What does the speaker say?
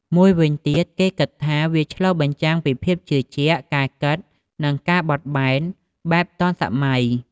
មួយវិញទៀត គេគិតថា វាឆ្លុះបញ្ជាំងពីភាពជឿជាក់ ការគិត និង ការបត់បែនបែបទាន់សម័យ។